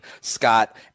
Scott